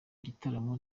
gitaramo